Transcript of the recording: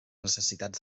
necessitats